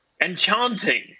enchanting